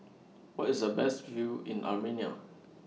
Where IS The Best View in Armenia